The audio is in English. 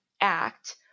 act